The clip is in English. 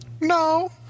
No